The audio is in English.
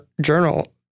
Journal